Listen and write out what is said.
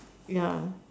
ya